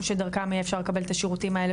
שדרכם יהיה אפשר לקבל את השירותים האלה,